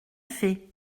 fait